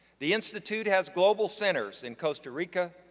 the institute has global centers in costa rica,